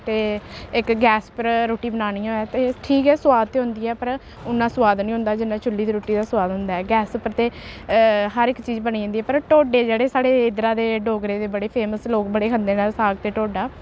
ते इक गैस पर रुट्टी बनानी होऐ ते ठीक ऐ सोआद ते होंदी ऐ पर उन्ना सोआद निं होंदा जिन्ना चु'ल्ली दी रुट्टी दा सोआद होंदा ऐ गैस उप्पर ते हर इक चीज बनी जंदी ऐ पर ढोडे जेह्ड़े साढ़े इद्धरा दे डोगरें दे बड़े फेमस लोग बड़े खंदे न साग ते ढोडा